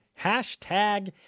Hashtag